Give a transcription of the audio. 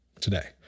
today